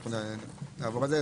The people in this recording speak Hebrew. אנחנו נעבור על זה,